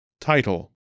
Title